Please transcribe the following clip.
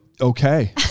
okay